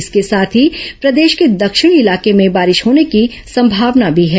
इसके साथ ही प्रदेश के दक्षिणी इलाके में बारिश होने की संभावना भी है